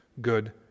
good